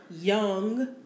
young